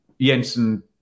Jensen